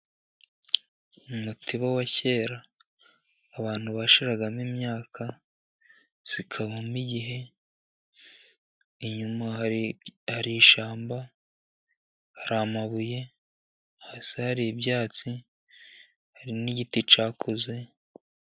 Umutiba wa kera, abantu bashiragamo imyaka ikabamo igihe. Inyuma hari ishyamba hari amabuye, hasi hari ibyatsi hari n'igiti cyakuze.